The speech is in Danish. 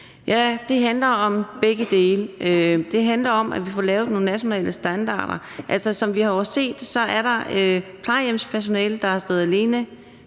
Det handler om begge dele. Det handler om, at vi får lavet nogle nationale standarder. Altså, som vi jo har set, er der plejehjemspersonale, der har stået alene